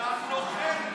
יא נוכל.